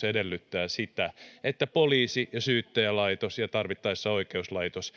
turvallisuus edellyttää sitä että poliisi ja syyttäjälaitos ja tarvittaessa oikeuslaitos